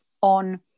on